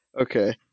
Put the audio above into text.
Okay